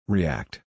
React